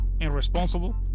irresponsible